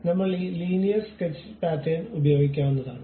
അതിനായി നമ്മൾ ഈ ലീനിയർ സ്കെച്ച് പാറ്റേൺ ഉപയോഗിക്കാവുന്നതായാണ്